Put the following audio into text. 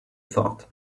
thought